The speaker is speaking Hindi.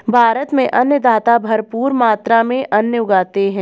भारत में अन्नदाता भरपूर मात्रा में अन्न उगाते हैं